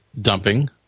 dumping